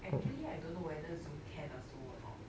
actually I don't know whether zoom can also or not